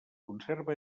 conserva